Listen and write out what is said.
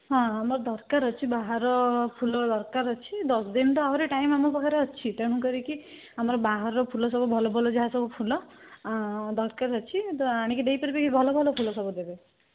ହଁ ଆମର ଦରକାର ଅଛି ବାହାର ଫୁଲ ଦରକାର ଅଛି ଦଶଦିନ ତ ଆହୁରି ଟାଇମ୍ ଆମ ପାଖରେ ଅଛି ତେଣୁ କରିକି ଆମର ବାହାରର ଫୁଲ ସବୁ ଭଲ ଭଲ ଯାହା ସବୁ ଫୁଲ ଦରକାର ଅଛି ତ ଆଣିକି ଦେଇପାରିବେ କି ଭଲ ଭଲ ଫୁଲ ସବୁ ଦେବେ